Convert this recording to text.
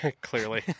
Clearly